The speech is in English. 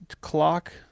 clock